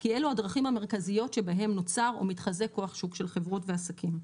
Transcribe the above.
כי אלו הדרכים המרכזיות שבהן נוצר או מתחזק כוח שוק של חברות ועסקים.